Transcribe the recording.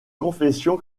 confession